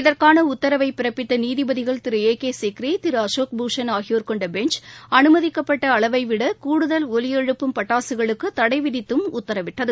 இதற்கான உத்தரவை பிறப்பித்த நீதிபதிகள் திரு ஏ கே சிக்ரி திரு அசோக் பூஷன் ஆகியோர் கொண்ட பெஞ்ச் அனுமதிக்கப்பட்ட அளவை விட கூடுதல் ஒலி எழுப்பும் பட்டாசுகளுக்கு தடை விதித்தும் உத்தரவிட்டது